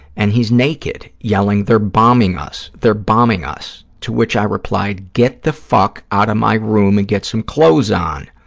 and he's naked, yelling, they're bombing us, they're bombing us, to which i replied, get the fuck out of my room and get some clothes on.